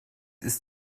ist